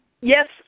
Yes